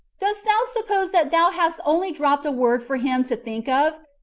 dost thou suppose that thou hast only dropped a word for him to think of,